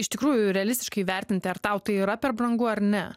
iš tikrųjų realistiškai vertinti ar tau tai yra per brangu ar ne